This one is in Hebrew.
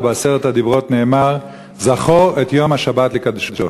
ובעשרת הדיברות נאמר: "זכור את יום השבת לקדשו".